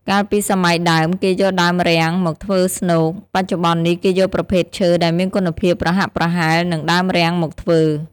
កាលពីសម័យដើម គេយកដើមរាំង មកធ្វើស្នូក បច្ចុប្បន្ននេះគេយកប្រភេទឈើដែលមានគុណភាពប្រហាក់ប្រហែលនឹងដើមរាំងមកធ្វើ ។